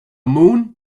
moon